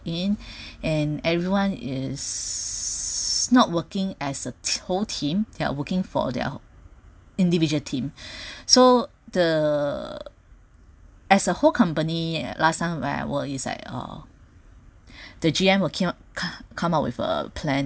in and everyone is not working as a whole team they're working for their individual team so the as a whole company last time when I were it's like uh the G_M were came come come up with a plan